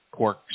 quarks